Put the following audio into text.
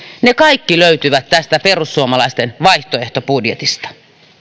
ne kaikki löytyvät tästä perussuomalaisten vaihtoehtobudjetista